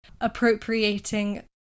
appropriating